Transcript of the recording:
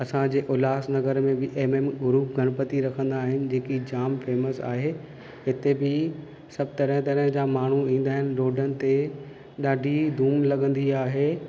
असांजे उल्हासनगर में बि एम एम गुरु गणपती रखंदा आहिनि जेकी जाम फेमस आहे हिते बि सभु तरह तरह जा माण्हू ईंदा आहिनि रोडनि ते ॾाढी धूम लॻंदी आहे